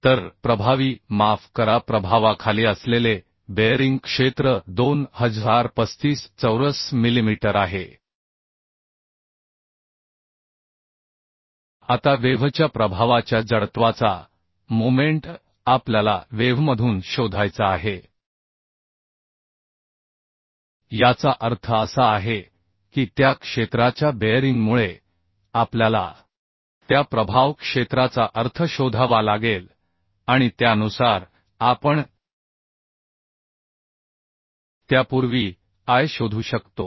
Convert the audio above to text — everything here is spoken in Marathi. तर प्रभावी माफ करा प्रभावाखाली असलेले बेअरिंग क्षेत्र 2035 चौरस मिलिमीटर आहे आता वेव्हच्या प्रभावाच्या जडत्वाचा मोमेंट आपल्याला वेव्हमधून शोधायचा आहे याचा अर्थ असा आहे की त्या क्षेत्राच्या बेअरिंगमुळे आपल्याला त्या प्रभाव क्षेत्राचा अर्थ शोधावा लागेल आणि त्यानुसार आपण त्यापूर्वी आय शोधू शकतो